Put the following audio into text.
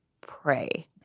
pray